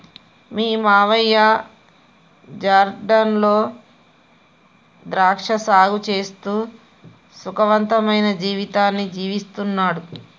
మీ మావయ్య జార్ఖండ్ లో ద్రాక్ష సాగు చేస్తూ సుఖవంతమైన జీవితాన్ని జీవిస్తున్నాడు